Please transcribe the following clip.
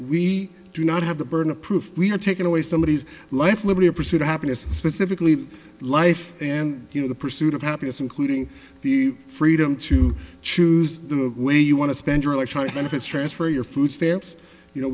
we do not have the burden of proof we are taking away somebody's life liberty or pursuit of happiness specifically life and you know the pursuit of happiness including the freedom to choose the way you want to spend your life trying to benefits transfer your food stamps you know